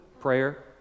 Prayer